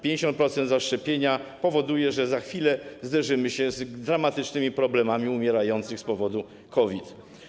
50% zaszczepienia powoduje, że za chwilę zderzymy się z dramatycznymi problemami umierających z powodu COVID.